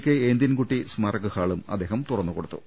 K ഏന്തീൻകുട്ടി സ്മാരക ഹാളും അദ്ദേഹം തുറന്നുകൊടുത്തു